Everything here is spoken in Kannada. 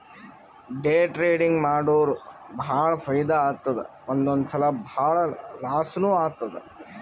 ಡೇ ಟ್ರೇಡಿಂಗ್ ಮಾಡುರ್ ಭಾಳ ಫೈದಾ ಆತ್ತುದ್ ಒಂದೊಂದ್ ಸಲಾ ಭಾಳ ಲಾಸ್ನೂ ಆತ್ತುದ್